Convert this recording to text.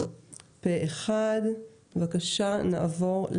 הצבעה אושר אושר פה-אחד.